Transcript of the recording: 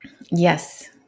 Yes